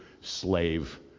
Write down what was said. slave